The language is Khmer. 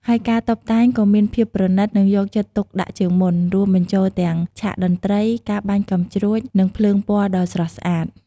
ហើយការតុបតែងក៏មានភាពប្រណីត និងយកចិត្តទុកដាក់ជាងមុន រួមបញ្ចូលទាំងឆាកតន្ត្រី ការបាញ់កាំជ្រួច និងភ្លើងពណ៌ដ៏ស្រស់ស្អាត។